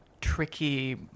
tricky